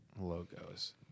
logos